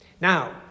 Now